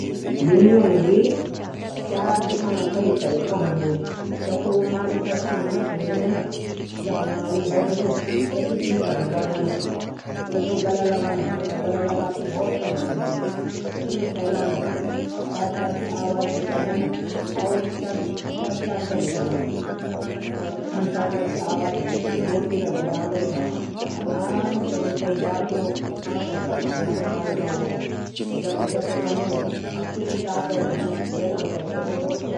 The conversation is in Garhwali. बिल्लियों भी प्यार दिखाणा कई तरीका हूदू क्या त ऊ मालिक समणी से जांदन। जखम मालिक बैठुद पीछा कन। गला लगांदन सहलांदन छन। टर टर की आवाज भी करदन अपड मालिक थै चटदा भी छन। गोटियाँ भी बजादन छन। कई बार त अपडू मालिक तरफ प्यार से आंखी झपकनदन